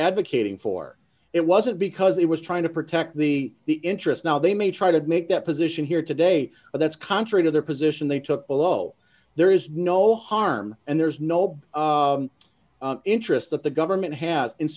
advocating for it wasn't because it was trying to protect the the interest now they may try to make that position here today but that's contrary to their position they took below there is no harm and there's no interest that the government has